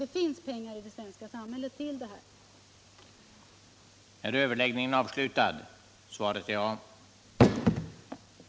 Det finns pengar till detta i det svenska samhället.